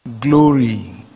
Glory